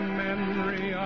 memory